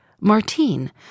Martine